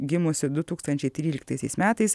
gimusi du tūkstančiai tryliktaisiais metais